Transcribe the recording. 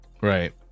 Right